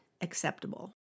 acceptable